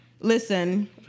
Listen